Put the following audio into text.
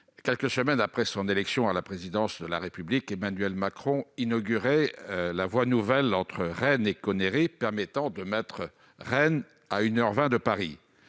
quelques semaines après son élection à la présidence de la République, Emmanuel Macron inaugurait la voie nouvelle entre Rennes et Connerré, permettant de mettre Rennes à une heure